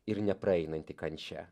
ir nepraeinanti kančia